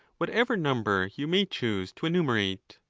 whatever number you may choose to enumerate.